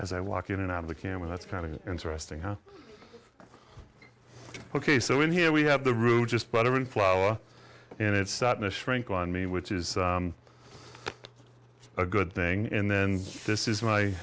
as i walk in and out of the can with it's kind of interesting how ok so in here we have the root just butter and flour and it's starting to shrink on me which is a good thing and then this is my